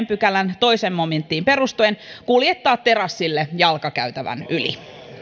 pykälän toiseen momenttiin perustuen kuljettaa terassille jalkakäytävän yli